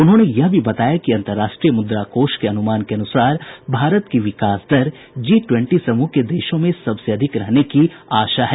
उन्होंने यह भी बताया कि अंतर्राष्ट्रीय मुद्राकोष के अनुमान के अनुसार भारत की विकास दर जी ट्वेंटी समूह के देशों में सबसे अधिक रहने की आशा है